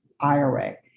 IRA